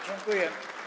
Dziękuję.